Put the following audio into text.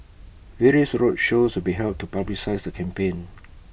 various roadshows will be held to publicise the campaign